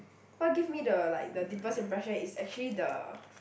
what give me the like the deepest impression is actually the